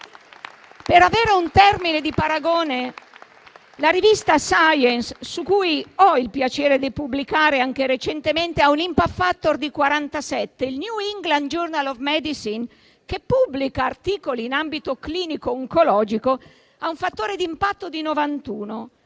Per avere un termine di paragone la rivista «Science», su cui ho avuto il piacere di pubblicare anche recentemente, ha un *impact factor* di 47, il «New england journal of medicine», che pubblica articoli in ambito clinico oncologico, ha un fattore di impatto di 91.